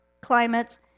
climates